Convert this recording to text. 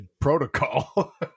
protocol